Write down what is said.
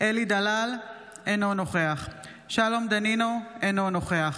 אלי דלל, אינו נוכח שלום דנינו, אינו נוכח